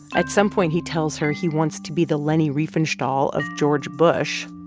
at some point, he tells her he wants to be the leni riefenstahl of george bush.